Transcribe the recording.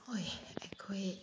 ꯍꯣꯏ ꯑꯩꯈꯣꯏ